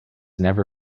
never